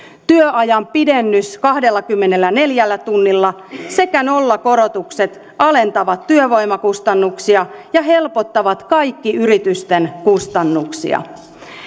työajan pidennys kahdellakymmenelläneljällä tunnilla sekä nollakorotukset alentavat työvoimakustannuksia ja helpottavat kaikki yritysten kustannuksia